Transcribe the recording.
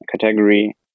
category